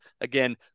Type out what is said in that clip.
Again